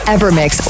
Evermix